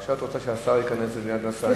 עכשיו את רוצה שהשר ייכנס ומייד זה נעשה.